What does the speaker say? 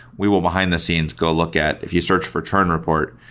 we will behind the scenes go look at if you search for churn report,